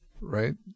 Right